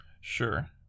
sure